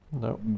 No